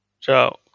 Ciao